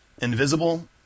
Invisible